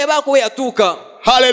Hallelujah